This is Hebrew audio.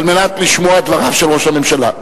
על מנת לשמוע את דבריו של ראש הממשלה.